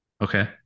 okay